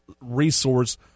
resource